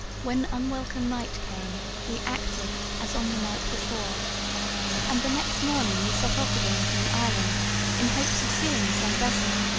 when unwelcome night came we acted as on the night before and the next morning we set off again from the island in hopes of seeing some vessel.